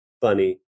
funny